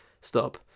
stop